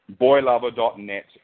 boylover.net